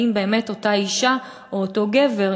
האם באמת אותה אישה או אותו גבר,